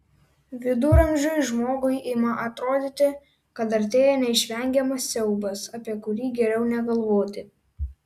viduramžiui žmogui ima atrodyti kad artėja neišvengiamas siaubas apie kurį geriau negalvoti